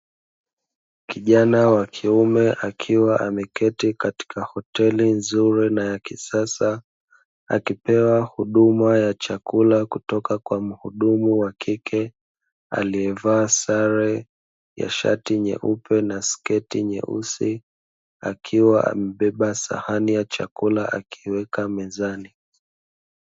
Kijana wa kiume akiwa ameketi katika hoteli nzuri na ya kisasa akipewa huduma ya chakula kutoka kwa mhudumu wa kike aliyevaa sare ya shati nyeupe na sketi nyeusi, akiwa amebeba sahani ya chakula akiiweka mezani.